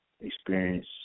experience